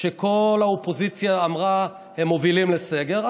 שכל האופוזיציה אמרה: הם מובילים לסגר.